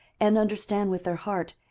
and understand with their heart,